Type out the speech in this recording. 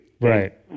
Right